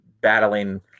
battling